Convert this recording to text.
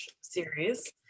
series